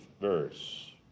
verse